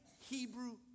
Hebrew